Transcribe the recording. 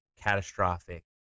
catastrophic